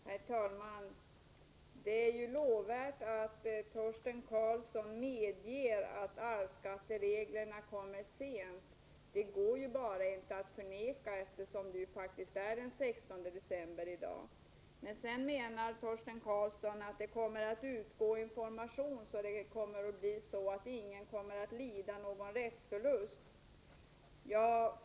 Herr talman! Det är ju lovvärt att Torsten Karlsson medger att arvsskattereglerna kommer sent. Det går bara inte att förneka detta, eftersom det i dag är den 16 december. Torsten Karlsson menar dock att det kommer att gå ut information, så att ingen kommer att lida någon rättsförlust.